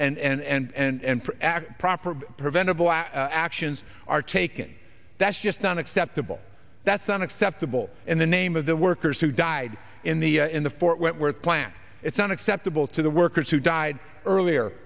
maintained and for act proper preventable as actions are taken that's just unacceptable that's unacceptable in the name of the workers who died in the in the fort worth plan it's unacceptable to the workers who died earlier